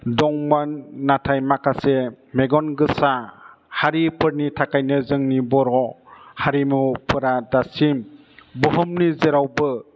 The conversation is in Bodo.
दंमोन नाथाय माखासे मेगन गोसा हारिफोरनि थाखायनो जोंनि बर' हारिमुफोरा दासिम बुहुमनि जेरावबो